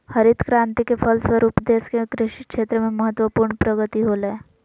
हरित क्रान्ति के फलस्वरूप देश के कृषि क्षेत्र में महत्वपूर्ण प्रगति होलय